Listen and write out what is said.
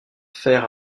fers